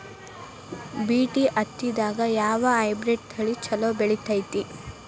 BT ಹತ್ತಿದಾಗ ಯಾವ hybrid ತಳಿ ಛಲೋ ಬೆಳಿತೈತಿ?